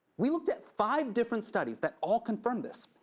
we looked at five different studies that all confirmed this,